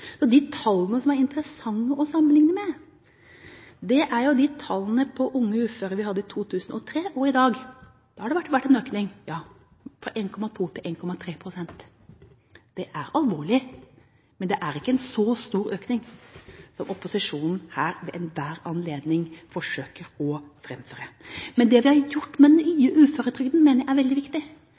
De tallene det er interessant å sammenlikne, er tallene vi hadde på unge uføre i 2003 og tallene vi har i dag. Ja, der har det vært en økning, men fra 1,2 pst. til 1,3 pst. Det er alvorlig, men det er ikke en så stor økning som opposisjonen her ved enhver anledning forsøker å framføre. Det vi har gjort med den nye uføretrygden, mener jeg er veldig viktig.